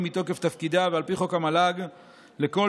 מתוקף תפקידה ועל פי חוק המועצה להשכלה גבוהה לכל